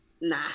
nah